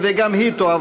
התשע"ח 2018,